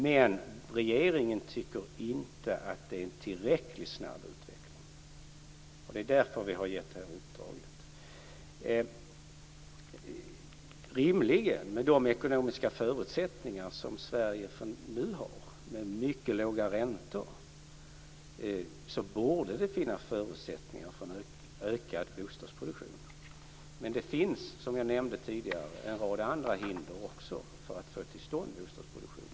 Men regeringen tycker inte att det är en tillräckligt snabb utveckling. Det är därför som vi har gett det här uppdraget. Med de ekonomiska förutsättningar som Sverige nu har med mycket låga räntor borde det rimligen finnas förutsättningar för en ökad bostadsproduktion. Men det finns som jag tidigare nämnde också en rad andra hinder för att få till stånd bostadsproduktion.